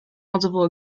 multiple